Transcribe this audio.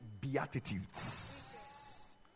beatitudes